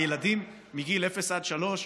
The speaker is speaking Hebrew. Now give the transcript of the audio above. הילדים מגיל אפס עד שלוש,